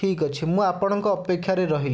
ଠିକ୍ ଅଛି ମୁଁ ଆପଣଙ୍କ ଅପେକ୍ଷାରେ ରହିଲି